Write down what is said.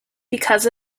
because